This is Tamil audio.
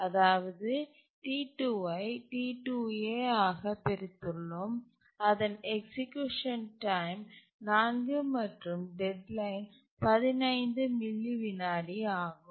அதாவது T2 ஐ T2a ஆகப் பிரித்துள்ளோம் அதன் எக்சீக்யூசன் டைம் 4 மற்றும் டெட்லைன் 15 மில்லி விநாடி ஆகும்